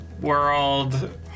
world